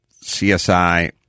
CSI